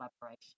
collaboration